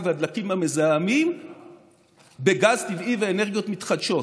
והדלקים המזהמים בגז טבעי ואנרגיות מתחדשות.